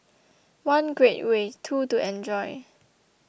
one great way two to enjoy